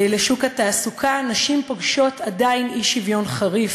לשוק התעסוקה, נשים פוגשות עדיין אי-שוויון חריף: